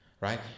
right